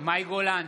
מאי גולן,